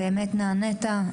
באמת נענית,